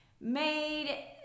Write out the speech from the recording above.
made